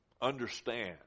understand